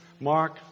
Mark